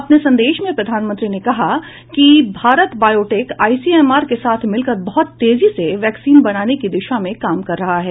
अपने संदेश में प्रधानमंत्री ने कहा कि भारत बायोटेक आईसीएमआर के साथ मिलकर बहुत तेजी से वैक्सीन बनाने की दिशा में काम कर रहा है